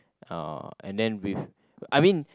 uh and then with I mean